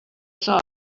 saw